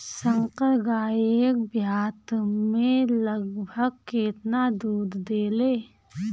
संकर गाय एक ब्यात में लगभग केतना दूध देले?